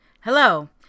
Hello